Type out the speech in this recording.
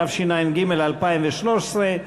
התשע"ג 2013,